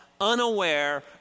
unaware